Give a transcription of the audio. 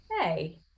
hey